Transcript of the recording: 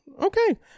okay